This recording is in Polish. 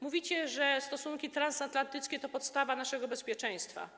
Mówicie, że stosunki transatlantyckie to podstawa naszego bezpieczeństwa.